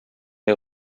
les